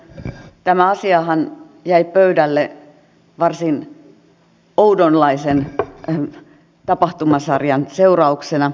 tämä asiahan jäi pöydälle varsin oudonlaisen tapahtumasarjan seurauksena